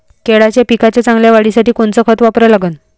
केळाच्या पिकाच्या चांगल्या वाढीसाठी कोनचं खत वापरा लागन?